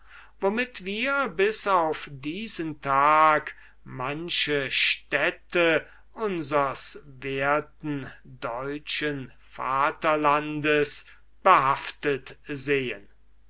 womit wir bis auf diesen tag manche städte unsers werten deutschen vaterlandes behaftet sehen